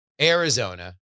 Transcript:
Arizona